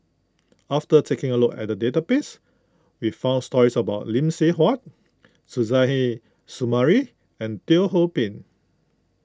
after taking a look at the database we found stories about Lee Seng Huat Suzairhe Sumari and Teo Ho Pin